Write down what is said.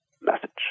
message